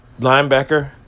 linebacker